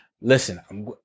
Listen